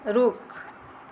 रुख